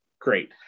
great